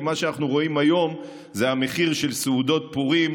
כי מה שאנחנו רואים היום הוא המחיר של סעודות פורים,